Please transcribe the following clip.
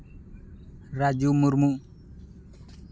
Raju Murmu